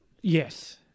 yes